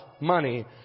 money